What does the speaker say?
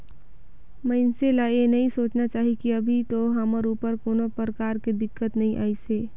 मइनसे ल ये नई सोचना चाही की अभी तो हमर ऊपर कोनो परकार के दिक्कत नइ आइसे